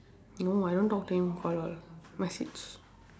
no I don't talk to him call lor message